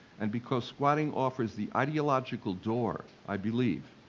and because squatting offers the ideological door, i believe,